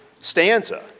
stanza